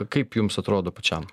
kaip jums atrodo pačiam